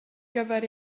gyfer